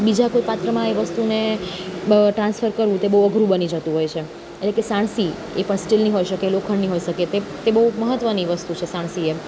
બીજા કોઈ પાત્રમાં એ વસ્તુને ટ્રાન્સફર કરવું તે બહુ અઘરું બની જતું હોય છે એટલે કે સાણસી એ સ્ટીલની હોઈ શકે લોખંડની હોઈ શકે એ બહુ મહત્ત્વની વસ્તુ સાણસી એમ